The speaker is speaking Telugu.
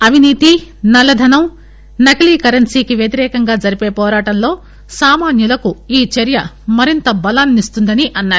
అవినీతి నల్లధనం నకిలీ కరెన్సీకి వ్యతిరేకంగా జరిపే పోరాటంలో సామాన్యులకు ఈ చర్య మరింత బలాన్ని స్తుందని అన్నారు